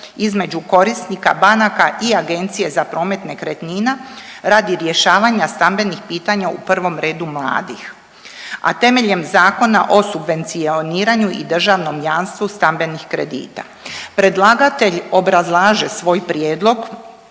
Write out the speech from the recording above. između korisnika banaka i Agencije za promet nekretnina radi rješavanja stambenih pitanja, u prvom redu mladih, a temeljem Zakona o subvencioniranju i državnom jamstvu stambenih kredita. Predlagatelj obrazlaže svoj prijedlog